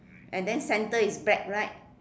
and then center is black right